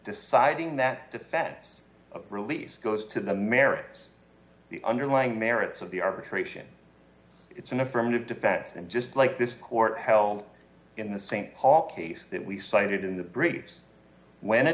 deciding that defense of release goes to the merits of the underlying merits of the arbitration it's an affirmative defense and just like this court held in the st paul case that we cited in the brigade's when a